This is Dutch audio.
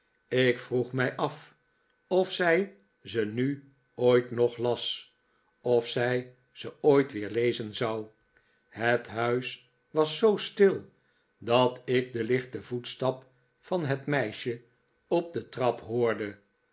ik vroeg mij af of zij ze nu ooit nog las of zij ze ooit weer lezen zou het huis was zoo stil dat ik den lichten voetstap van het meisje op de trap hoorde